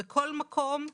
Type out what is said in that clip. בכל מקום,